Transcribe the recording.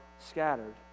scattered